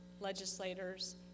legislators